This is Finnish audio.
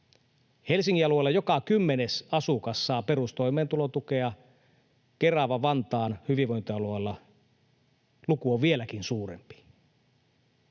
Helsingin alueella joka kymmenes asukas saa perustoimeentulotukea, Kerava—Vantaan hyvinvointialueella luku on vieläkin suurempi.